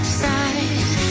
side